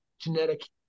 genetic